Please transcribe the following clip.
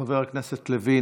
חבר הכנסת לוין,